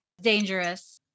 Dangerous